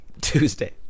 Tuesday